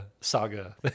saga